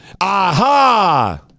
aha